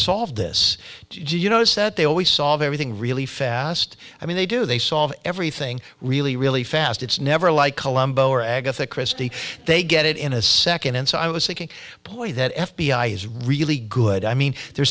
solved this gee you know it's that they always solve everything really fast i mean they do they solve everything really really fast it's never like colombo or agatha christie they get it in a second and so i was thinking boy that f b i is really good i mean they're